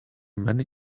many